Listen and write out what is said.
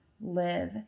live